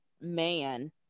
man